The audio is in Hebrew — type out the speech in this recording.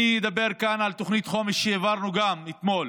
אני אדבר כאן על תוכנית חומש שהעברנו כאן אתמול